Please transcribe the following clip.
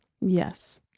Yes